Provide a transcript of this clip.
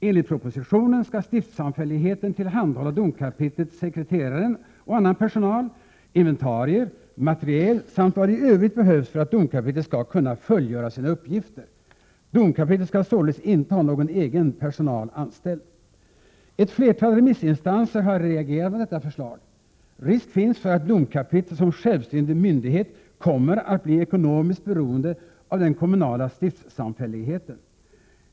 Enligt propositionen skall stiftssamfälligheten tillhandahålla domkapitlet sekreteraren och annan personal, inventarier, materiel samt vad i övrigt behövs för att domkapitlet skall kunna fullgöra sina uppgifter. Domkapitlet skall således inte ha någon egen personal anställd. Ett flertal remissinstanser har reagerat mot detta förslag. Risk finns för att domkapitlet som självständig myndighet kommer att bli ekonomiskt beroende av den kommunala stiftssamfälligheten.